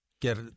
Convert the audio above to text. get